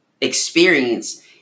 experience